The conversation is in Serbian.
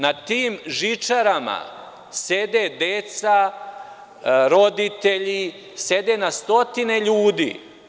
Na tim žičarama sede deca, roditelji, sede na stotine ljudi.